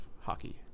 Hockey